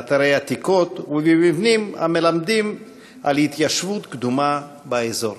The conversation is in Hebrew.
באתרי עתיקות ובמבנים המלמדים על התיישבות קדומה באזור.